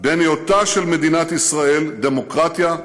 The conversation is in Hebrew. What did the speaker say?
בין היותה של מדינת ישראל דמוקרטיה,